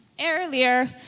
earlier